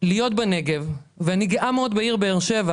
להיות בנגב ואני גאה מאוד בעיר באר שבע